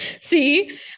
see